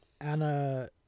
Anna